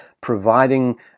providing